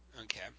Okay